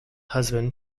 husband